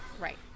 Right